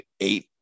eight